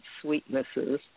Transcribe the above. sweetnesses